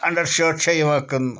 under shirt چھےٚ یِوان کٕنٛنہٕ